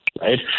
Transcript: right